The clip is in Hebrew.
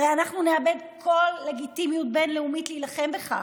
הרי אנחנו נאבד כל לגיטימיות בין-לאומית להילחם בכך.